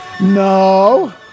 no